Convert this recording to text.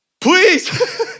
Please